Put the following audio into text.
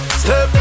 step